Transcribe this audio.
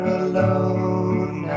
alone